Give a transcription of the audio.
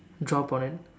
drop on it